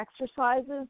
exercises